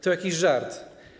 To jakiś żart.